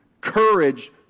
Courage